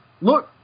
Look